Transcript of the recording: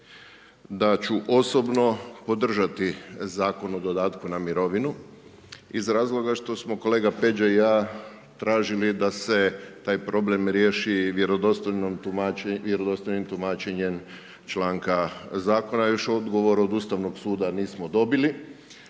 da ću osobno podržati Zakon o dodatku na mirovinu iz razloga što smo kolega Peđa i ja tražili da se taj problem riješi vjerodostojnim tumačenjem članka Zakona, još odgovor od Ustavnog suda nismo dobili.